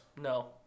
No